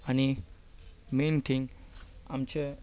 आनी main thing आमचें